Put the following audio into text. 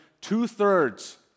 two-thirds